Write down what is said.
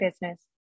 business